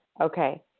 Okay